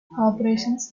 operations